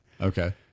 Okay